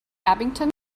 abington